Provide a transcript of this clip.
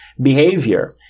behavior